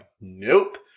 Nope